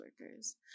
workers